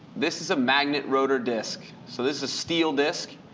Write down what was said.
this is a magnet rotor disk. so there's a steel disk.